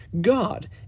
God